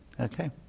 Okay